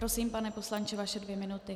Prosím, pane poslanče, vaše dvě minuty.